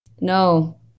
no